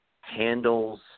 handles